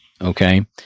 Okay